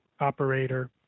operator